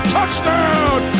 Touchdown